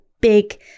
big